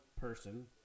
person